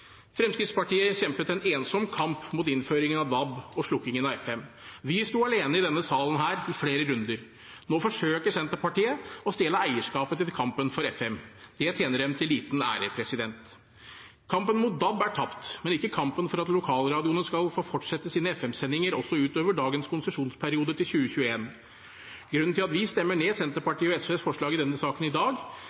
Fremskrittspartiet kjempet en ensom kamp mot innføringen av DAB og slukkingen av FM. Vi sto alene i denne salen i flere runder. Nå forsøker Senterpartiet å stjele eierskapet til kampen for FM. Det tjener dem til liten ære. Kampen mot DAB er tapt, men ikke kampen for at lokalradioene skal få fortsette sine FM-sendinger også utover dagens konsesjonsperiode, til 2021. Grunnen til at vi stemmer ned Senterpartiet og SVs forslag i denne saken i dag,